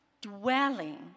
dwelling